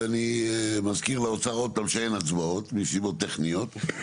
ואני מזכיר לאוצר עוד פעם שאין הצבעות מסיבות טכניות,